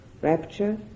rapture